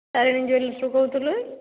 ତାରିଣୀ ଜୁଏଲର୍ସ୍ରୁ କହୁଥିଲି